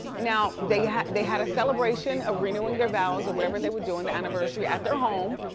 now, they had they had a celebration of renewing their vows or whatever they were doing, the anniversary at their home,